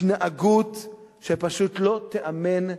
התנהגות שפשוט לא תיאמן,